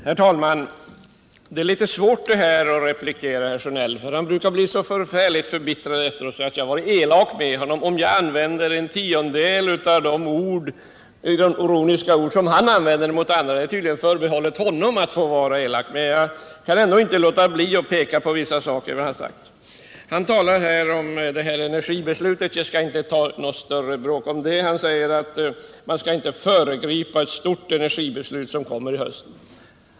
Herr talman! Det är litet svårt att replikera herr Sjönell. Han brukar bli så förbittrad efteråt och säga att jag varit elak mot honom om jag använder en tiondel av de ironiska ord som han själv använder mot andra. Det är tydligen förbehållet honom att vara elak. Men jag kan ändå inte låta bli att peka på vissa saker som han har sagt. Nr 111 Han talar om energibeslutet. Vi skall inte nu ha något större bråk om det. Torsdagen den Man skall inte föregripa ett stort energibeslut som kommer i höst.